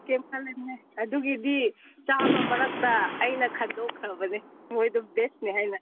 ꯑꯗꯨꯒꯤꯗꯤ ꯆꯥꯝꯃꯥ ꯃꯔꯛꯇ ꯑꯩꯅ ꯈꯟꯗꯣꯛꯈ꯭ꯔꯕꯅꯦ ꯃꯣꯏꯗꯣ ꯕꯦꯁꯅꯦ ꯍꯥꯏꯅ